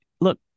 look